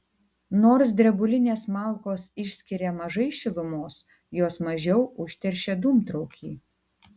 nors drebulinės malkos išskiria mažai šilumos jos mažiau užteršia dūmtraukį